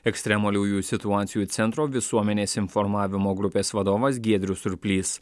ekstremaliųjų situacijų centro visuomenės informavimo grupės vadovas giedrius surplys